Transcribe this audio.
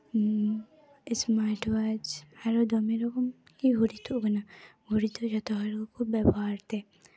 ᱦᱮᱸ smart watch ᱟᱨᱚ ᱫᱚᱢᱮ ᱨᱚᱠᱚᱢ ᱜᱮ ᱜᱷᱩᱲᱤ ᱛᱩᱜ ᱠᱟᱱᱟ ᱜᱷᱩᱲᱤ ᱫᱚ ᱡᱚᱛᱚ ᱦᱚᱲ ᱜᱮᱠᱚ ᱵᱮᱵᱚᱦᱟᱨ ᱛᱮ